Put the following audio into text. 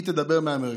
היא תדבר מהמרכז.